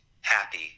happy